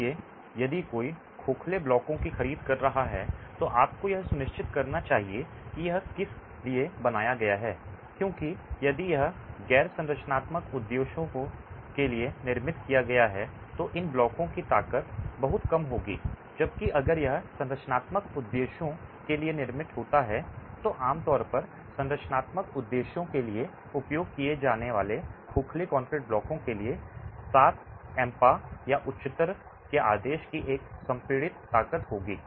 सलिए यदि कोई खोखले ब्लॉकों की खरीद कर रहा है तो आपको यह सुनिश्चित करना चाहिए कि यह किस लिए बनाया गया है क्योंकि यदि यह गैर संरचनात्मक उद्देश्यों के लिए निर्मित किया गया है तो इन ब्लॉकों की ताकत बहुत कम होगी जबकि अगर यह संरचनात्मक उद्देश्यों के लिए निर्मित होता है तो आमतौर पर संरचनात्मक उद्देश्यों के लिए उपयोग किए जाने वाले खोखले कंक्रीट ब्लॉकों के लिए 7 MPa या उच्चतर के आदेश की एक संपीड़ित ताकत होगी